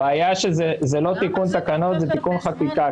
הבעיה שזה לא תיקון תקנות, זה תיקון חקיקה.